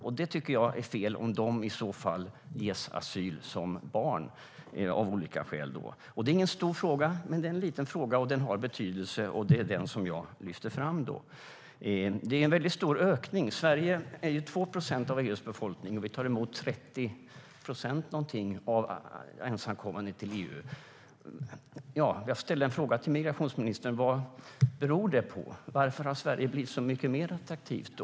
Jag tycker att det är fel om de i så fall ges asyl som barn, av olika skäl. Det är ingen stor fråga. Det är en liten fråga, men den har betydelse. Och det är den som jag lyfter fram. Det är en stor ökning. Sverige utgör 2 procent av EU:s befolkning, och vi tar emot ca 30 procent av ensamkommande barn till EU. Jag ställde en fråga till migrationsministern om vad det beror på. Varför har Sverige blivit mycket mer attraktivt?